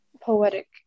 poetic